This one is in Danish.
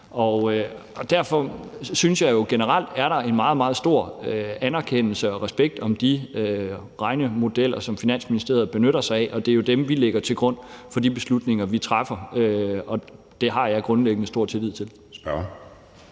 en meget, meget stor anerkendelse af og respekt for de regnemodeller, som Finansministeriet benytter sig af, og det er jo dem, vi lægger til grund for de beslutninger, vi træffer. Det har jeg grundlæggende stor tillid til.